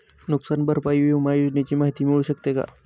नुकसान भरपाई विमा योजनेची माहिती मिळू शकते का?